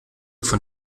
von